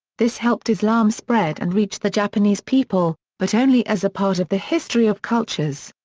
this helped islam spread and reach the japanese people, but only as a part of the history of cultures.